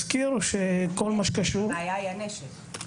אבטחה עם נשק.